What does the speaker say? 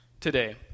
today